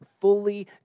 fully